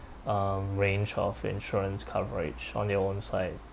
um range of insurance coverage on your own side